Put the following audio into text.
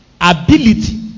ability